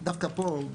דווקא פה,